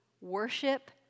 worship